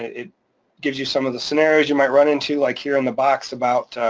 it gives you some of the scenarios you might run into like here on the box about,